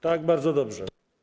Tak, bardzo dobrze.